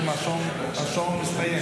אז אני שואל,